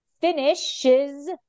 finishes